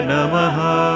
Namaha